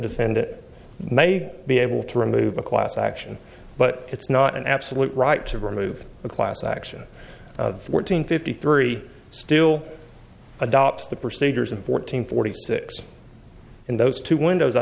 defendant may be able to remove a class action but it's not an absolute right to remove a class action fourteen fifty three still adopts the procedures and fourteen forty six in those two windows i